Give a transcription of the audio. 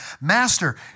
Master